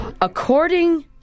According